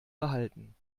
behalten